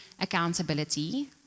accountability